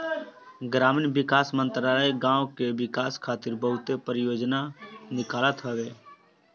ग्रामीण विकास मंत्रालय गांवन के विकास खातिर बहुते परियोजना निकालत हवे